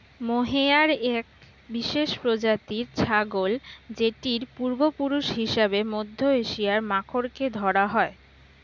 mohair এক বিশেষ প্রজাতির ছাগল যেটির পূর্বপুরুষ হিসেবে মধ্য এশিয়ার মাখরকে ধরা হয়